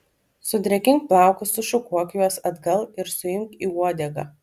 sudrėkink plaukus sušukuok juos atgal ir suimk į uodegą